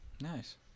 nice